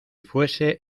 fuese